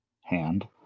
hand